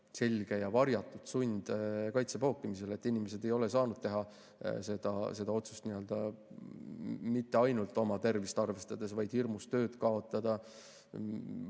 selge ja varjatud sund kaitsepookimisele, kui inimesed ei ole saanud teha seda otsust mitte ainult oma tervist arvestades, vaid ka hirmust tööd kaotada,